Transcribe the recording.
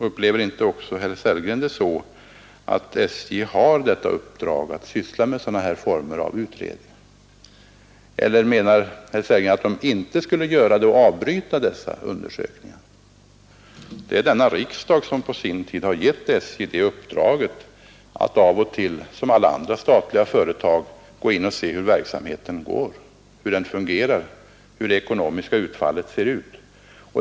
Upplever inte också herr Sellgren det så att SJ har uppdraget att syssla med sådana utredningsfall, eller menar herr Sellgren att SJ inte skulle göra det utan avbryta dessa undersökningar? Det var denna riksdag som på sin tid gav SJ uppdraget att av och till som alla andra statliga företag se efter hur verksamheten går, hur den fungerar, hur det ekonomiska utfallet ser ut att bli.